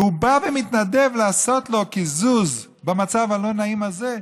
והוא בא ומתנדב לעשות לו קיזוז במצב הלא-נעים הזה,